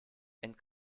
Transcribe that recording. and